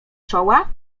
czoła